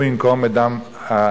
הוא ייקום את דם האנשים,